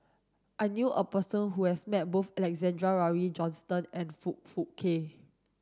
I knew a person who has met both Alexander Laurie Johnston and Foong Fook Kay